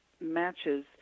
matches